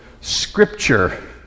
scripture